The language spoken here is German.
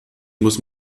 muss